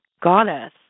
goddess